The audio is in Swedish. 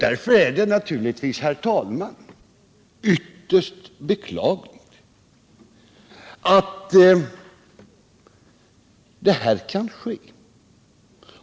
Därför är det naturligtvis, herr talman, ytterst beklagligt att det här kan ske.